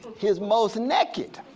his most naked.